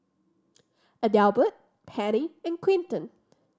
Adelbert Penny and Quinton